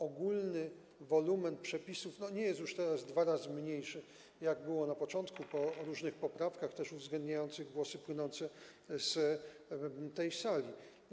Ogólny wolumen przepisów nie jest już teraz dwa razy mniejszy, jak było na początku, po różnych poprawkach, uwzględniających też głosy płynące z tej sali.